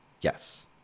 Yes